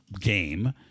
Game